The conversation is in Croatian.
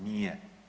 Nije.